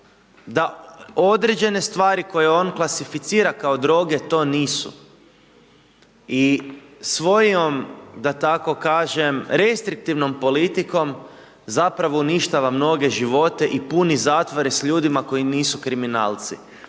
da određene stvari koje on klasificira kao droge to nisu. I svojom da tako kažem restriktivnom politikom zapravo uništava mnoge živote i puni zatvore sa ljudima koji nisu kriminalci.